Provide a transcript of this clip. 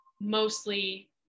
mostly